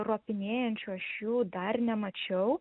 ropinėjančių aš jų dar nemačiau